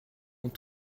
ont